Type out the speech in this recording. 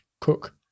cook